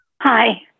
Hi